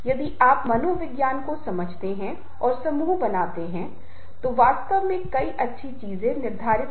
और ये वो विशेषताएं हैं जो सामाजिक भावनात्मक नेता कर रहे हैं